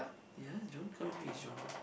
ya John can't reach John